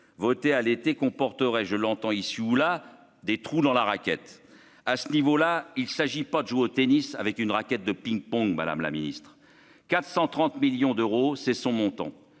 votée à l'été, comporterait je l'entends ici ou là des trous dans la raquette à ce niveau là, il s'agit pas de jouer au tennis avec une raquette de ping-pong, Madame la Ministre, 430 millions d'euros, c'est son montant